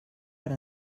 per